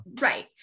Right